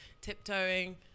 tiptoeing